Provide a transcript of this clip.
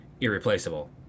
irreplaceable